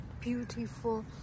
beautiful